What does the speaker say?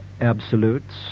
absolutes